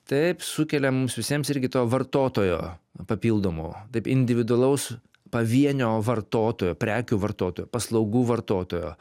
taip sukelia mums visiems irgi to vartotojo papildomų taip individualaus pavienio vartotojo prekių vartotojo paslaugų vartotojo